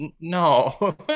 No